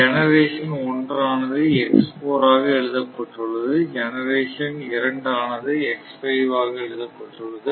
generation ஒன்றானது ஆக எழுதப்பட்டுள்ளது ஜெனரேஷன் இரண்டு ஆக எழுதப்பட்டுள்ளது